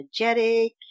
energetic